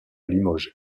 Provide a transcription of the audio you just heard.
limoges